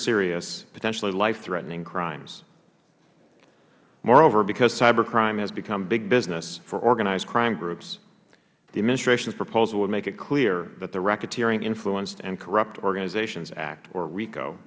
serious potentially life threatening crimes moreover because cyber crime has become big business for organized crime groups the administration's proposal would make it clear that the racketeering influenced and corrupt organizations act